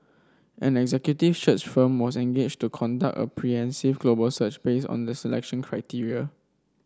an executive search firm was engaged to conduct a global search based on the selection criteria